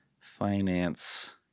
finance